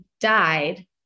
died